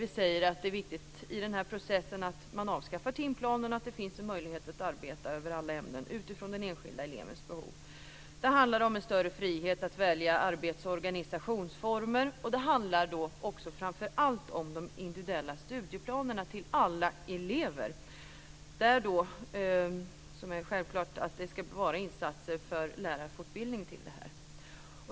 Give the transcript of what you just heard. Vi säger att det i den här processen är viktigt att man avskaffar timplanen och att det finns möjligheter att arbeta över alla ämnen utifrån den enskilda elevens behov. Det handlar om en större frihet att välja arbets och organisationsformer. Framför allt handlar det om de individuella studieplanerna till alla elever. Självklart ska det höra insatser för lärarfortbildning till detta.